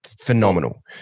phenomenal